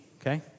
okay